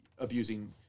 abusing